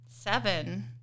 seven